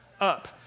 Up